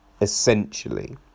essentially